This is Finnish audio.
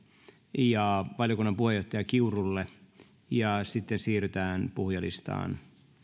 ja valiokunnan puheenjohtaja kiurulle ja sitten siirrytään puhujalistaan